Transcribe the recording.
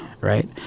right